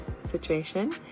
situation